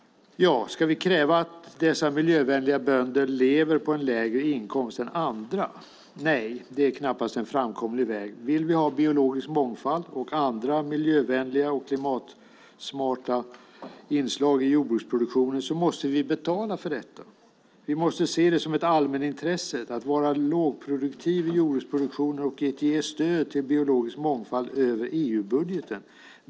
Ska vi kräva att dessa miljövänliga bönder lever på en lägre inkomst än andra? Nej, det är knappast en framkomlig väg. Vill vi ha biologisk mångfald och andra miljövänliga och klimatsmarta inslag i jordbruksproduktionen måste vi betala för detta. Vi måste se det som ett allmänintresse att vara lågproduktiv i jordbruksproduktionen och ge stöd till biologisk mångfald över EU-budgeten.